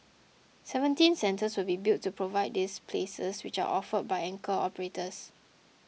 seventeen centres will be built to provide these places which are offered by anchor operators